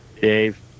dave